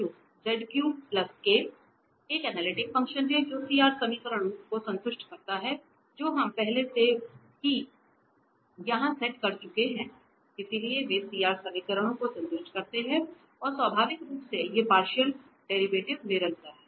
तो यह एक एनालिटिक फ़ंक्शन है जो CR समीकरणों को संतुष्ट करता है जो हम पहले से ही यहां सेट कर चुके हैं इसलिए वे CR समीकरणों को संतुष्ट करते हैं और स्वाभाविक रूप से ये पार्शियल डेरिवेटिव निरंतर हैं